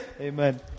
Amen